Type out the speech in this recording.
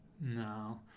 No